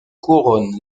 couronne